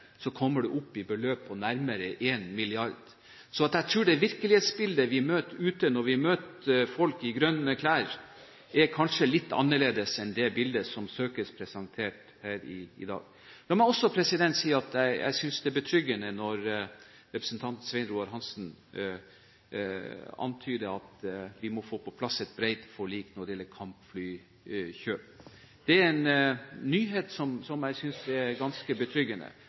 kommer man opp i et beløp på nærmere 1 mrd. kr. Så jeg tror det virkelighetsbildet vi møter ute når vi møter folk i grønne klær, kanskje er litt annerledes enn det bildet som søkes presentert her i dag. La meg også si at jeg synes det er betryggende når representanten Svein Roald Hansen antyder at vi må få på plass et bredt forlik når det gjelder kampflykjøp. Det er en nyhet som jeg synes er ganske betryggende.